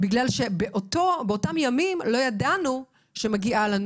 בגלל שבאותם ימים לא ידענו שמגיע לנו